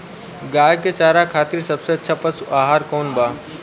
गाय के चारा खातिर सबसे अच्छा पशु आहार कौन बा?